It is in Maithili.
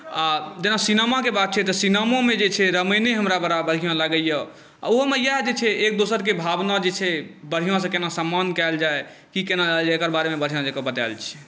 आ जेना सिनेमाके बात छै तऽ सिनेमोमे जे छै रामायणे हमरा बड़ा बढ़िआँ लगैए आ ओहोमे इएह जे छै एक दोसरकेँ भावना जे छै बढ़िआँसँ केना सम्मान कएल जाय की केना कयल जाय एकरा बारेमे ई बढ़िआँसँ बतायल छै